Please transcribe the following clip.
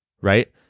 right